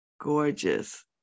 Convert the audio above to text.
gorgeous